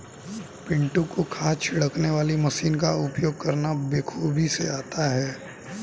पिंटू को खाद छिड़कने वाली मशीन का उपयोग करना बेखूबी से आता है